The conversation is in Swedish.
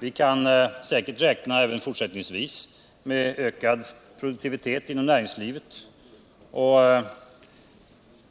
Vi kan säkert även fortsättningsvis räkna med ökad produktivitet inom näringslivet och ett